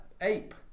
ape